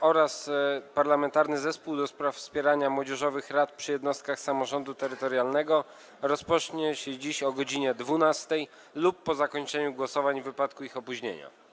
Posiedzenie Parlamentarnego Zespołu ds. Wspierania Młodzieżowych Rad przy Jednostkach Samorządu Terytorialnego rozpocznie się dziś o godz. 12 lub po zakończeniu głosowań w wypadku ich opóźnienia.